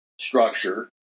structure